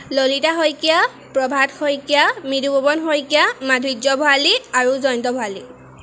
ললিতা শইকীয়া প্ৰভাত শইকীয়া মৃদুপৱন শইকীয়া মাধুৰ্য ভঁৰালী আৰু জয়ন্ত ভঁৰালী